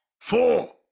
four